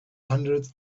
hundreds